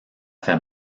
fait